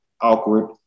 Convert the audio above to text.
awkward